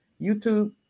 YouTube